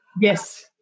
yes